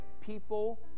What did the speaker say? people